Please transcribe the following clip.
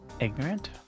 Ignorant